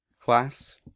Class